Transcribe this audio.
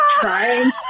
trying